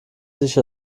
sich